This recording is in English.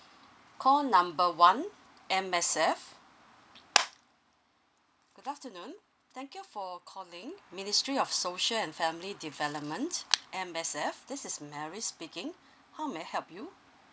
call number one M_S_F good afternoon thank you for calling ministry of social and family development M_S_F this is mary speaking how may I help you